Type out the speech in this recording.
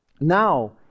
Now